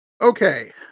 okay